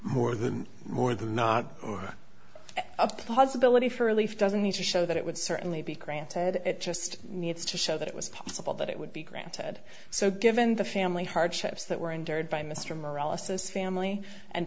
more than more than not a possibility for relief doesn't need to show that it would certainly be granted it just needs to show that it was possible that it would be granted so given the family hardships that were endured by mr marella since family and